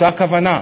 אותה כוונה,